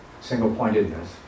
single-pointedness